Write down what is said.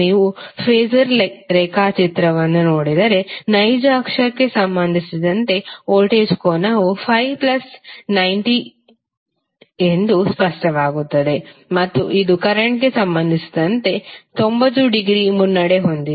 ನೀವು ಫಾಸರ್ ರೇಖಾಚಿತ್ರವನ್ನು ನೋಡಿದರೆ ನೈಜ ಅಕ್ಷಕ್ಕೆ ಸಂಬಂಧಿಸಿದಂತೆ ವೋಲ್ಟೇಜ್ ಕೋನವು∅90 ಎಂದು ಸ್ಪಷ್ಟವಾಗುತ್ತದೆ ಮತ್ತು ಇದು ಕರೆಂಟ್ ಗೆ ಸಂಬಂಧಿಸಿದಂತೆ 90 ಡಿಗ್ರಿ ಮುನ್ನಡೆ ಹೊಂದಿದೆ